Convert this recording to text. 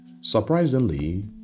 Surprisingly